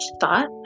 thought